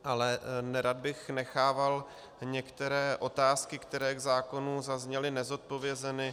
Ale nerad bych nechával některé otázky, které k zákonu zazněly, nezodpovězeny.